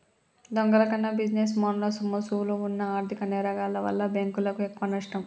దొంగల కన్నా బిజినెస్ మెన్ల ముసుగులో వున్న ఆర్ధిక నేరగాల్ల వల్లే బ్యేంకులకు ఎక్కువనష్టం